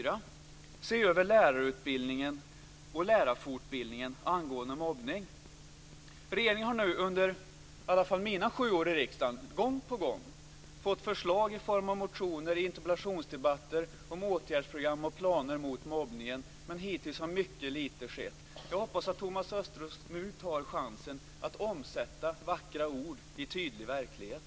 Regeringen har i varje fall under mina sju år i riksdagen gång på gång fått förslag i form av motioner och i interpellationsdebatter om åtgärdsprogram och planer mot mobbningen, men hittills har mycket lite skett. Jag hoppas att Thomas Östros nu tar chansen att omsätta vackra ord i tydlig verklighet.